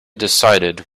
decided